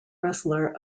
wrestler